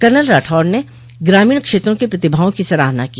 colonel Rathore ने ग्रामीण क्षेत्रों की प्रतिभाओं की सराहना की